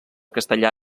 castellà